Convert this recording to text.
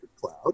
cloud